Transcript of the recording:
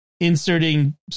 inserting